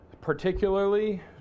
particularly